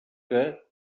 que